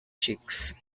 chicks